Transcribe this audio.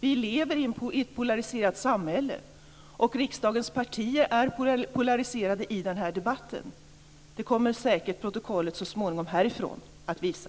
Vi lever i ett polariserat samhälle. Riksdagens partier är polariserade i den här debatten; det kommer säkert protokollet härifrån så småningom att visa.